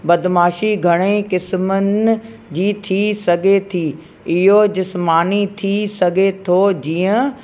बदमाशी घणे किस्मनि जी थी सघे थी इहो जिस्मानी थी सघे थो जीअं